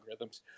algorithms